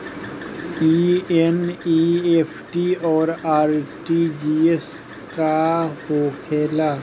ई एन.ई.एफ.टी और आर.टी.जी.एस का होखे ला?